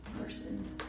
person